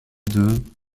deux